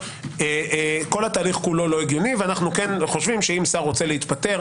אני רוצה להתקדם כי חלק מהדיונים האלה כפי שאמרת,